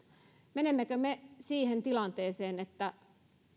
menemmekö me siihen tilanteeseen että